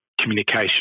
communication